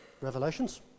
Revelations